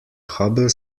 hubble